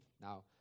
now